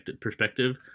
perspective